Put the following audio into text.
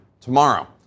tomorrow